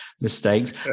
mistakes